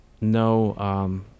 no